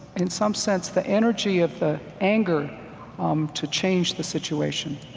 in some sense, the energy of the anger um to change the situation